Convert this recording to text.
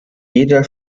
jeder